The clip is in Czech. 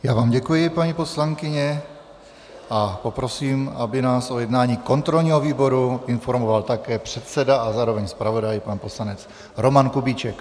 Já vám děkuji, paní poslankyně, a poprosím, aby nás o jednání kontrolního výboru informoval také předseda a zároveň zpravodaj pan poslanec Roman Kubíček.